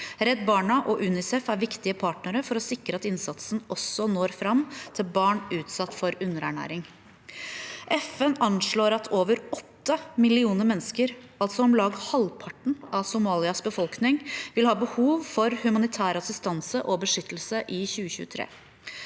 Redd Barna og UNICEF er viktige partnere for å sikre at innsatsen også når fram til barn utsatt for underernæring. FN anslår at over 8 millioner mennesker, altså om lag halvparten av Somalias befolkning, vil ha behov for humanitær assistanse og beskyttelse i 2023.